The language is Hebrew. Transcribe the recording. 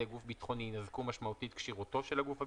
גוף ביטחוני יינזקו משמעותית כשירותו של הגוף הביטחוני,